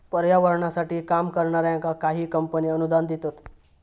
पर्यावरणासाठी काम करणाऱ्यांका काही कंपने अनुदान देतत